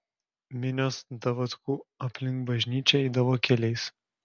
minios davatkų aplink bažnyčią eidavo keliais